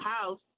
house